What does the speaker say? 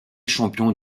champion